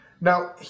Now